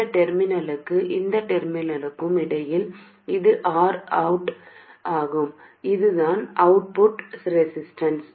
இந்த டெர்மினலுக்கும் இந்த டெர்மினலுக்கும் இடையில் இது Rout ஆகும் அதுதான் அவுட்புட் ரெசிஸ்டன்ஸ்